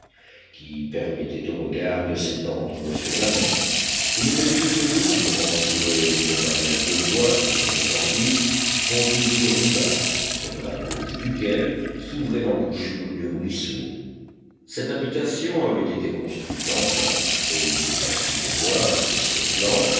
qui permettait aux regards de s'étendre sur la mer une petite pelouse entourée d'une barrière de bois qui tombait en ruines conduisait au rivage sur la gauche duquel s'ouvrait l'embouchure du ruisseau cette habitation avait été construite en planches et il était facile de voir que ces planches